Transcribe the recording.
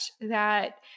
that-